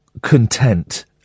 content